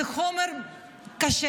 זה חומר קשה,